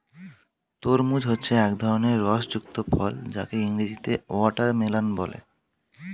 তরমুজ হচ্ছে এক ধরনের রস যুক্ত ফল যাকে ইংরেজিতে ওয়াটারমেলান বলে